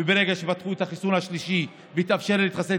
וברגע שפתחו את החיסון השלישי והתאפשר לי להתחסן,